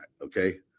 Okay